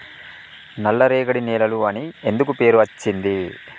నల్లరేగడి నేలలు అని ఎందుకు పేరు అచ్చింది?